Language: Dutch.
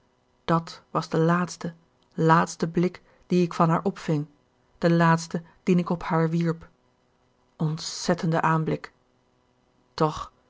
dàt was de laatste laatste blik dien ik van haar opving de laatste dien ik op haar wierp ontzettende aanblik toch